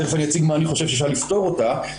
תיכף אציג מה אני חושב שאפשר לפתור אותה.